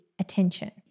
attention